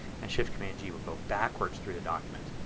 and shift command g will go backwards through the document.